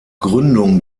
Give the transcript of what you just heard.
gründung